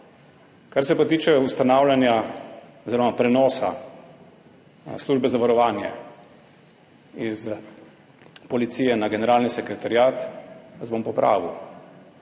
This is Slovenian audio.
Kar se pa tiče ustanavljanja oziroma prenosa službe za varovanje iz Policije na Generalni sekretariat Vlade, vas bom popravil.